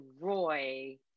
Roy